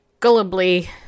gullibly